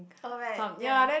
oh right ya